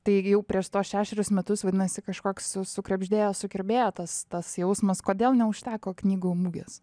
taigi jau prieš šešerius metus vadinasi kažkoks sukrebždėjo sukirbėjo tas tas jausmas kodėl neužteko knygų mugės